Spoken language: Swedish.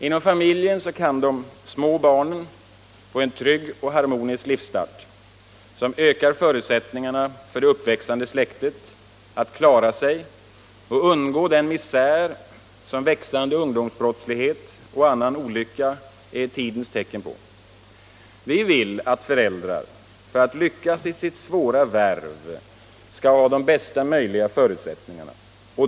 Inom familjen kan de små barnen ges en trygg och harmonisk livsstart som ökar förutsättningarna för det uppväxande släktet att klara sig och undgå den misär som växande ungdomsbrottslighet och annan olycka är ett tidens tecken på. Vi vill att föräldrarna för att lyckas i sitt svåra värv skall ha de bästa möjliga förutsättningarna.